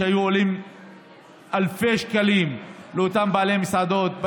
שהיו עולים אלפי שקלים לאותם בעלי מסעדות,